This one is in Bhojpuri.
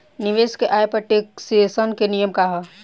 निवेश के आय पर टेक्सेशन के नियम का ह?